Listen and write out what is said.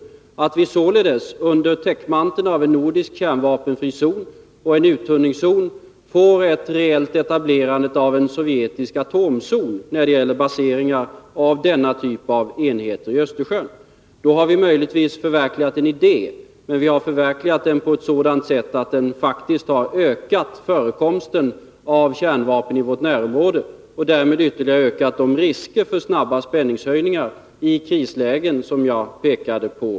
Risken är att vi således under täckmanteln av en nordisk kärnvapenfri zon och en uttunningszon får ett reellt etablerande av en sovjetisk atomzon när det gäller baseringar av denna typ av enheter i Östersjön. Då har vi möjligtvis förverkligat en idé, men vi har förverkligat den på ett sådant sätt att den faktiskt har ökat förekomsten av kärnvapen i vårt närområde och därmed ytterligare ökat de risker för snabba spänningshöjningar i krislägen som jag pekade på.